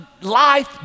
Life